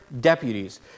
deputies